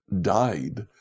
died